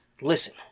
listen